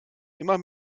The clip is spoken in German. immer